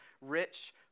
rich